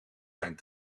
zijn